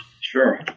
Sure